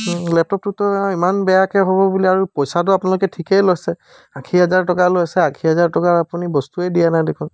লেপটপটোতো ইমান বেয়াকৈ হ'ব বুলি আৰু পইচাটো আপোনালোকে ঠিকেই লৈছে আশী হাজাৰ টকা লৈছে আশী টকাৰ আপুনি বস্তুৱে দিয়া নাই দেখোন